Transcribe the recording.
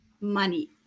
money